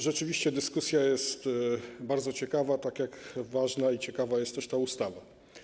Rzeczywiście dyskusja jest bardzo ciekawa, tak jak ważna i ciekawa jest też ta ustawa.